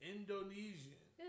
Indonesian